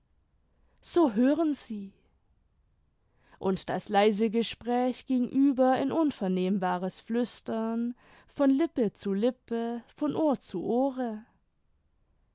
so hören sie und das leise gespräch ging über in unvernehmbares flüstern von lippe zu lippe von ohr zu ohre